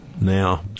now